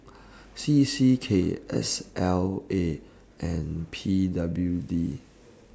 C C K S L A and P W D